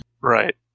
Right